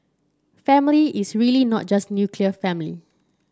family is really not just nuclear family